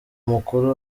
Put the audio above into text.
umukuru